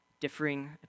differing